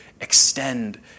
extend